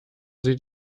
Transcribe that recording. sie